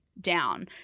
down